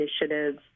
initiatives